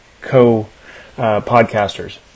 co-podcasters